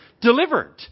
delivered